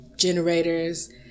Generators